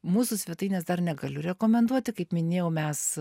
mūsų svetainės dar negaliu rekomenduoti kaip minėjau mes